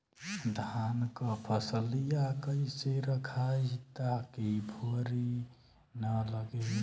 धान क फसलिया कईसे रखाई ताकि भुवरी न लगे?